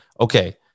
okay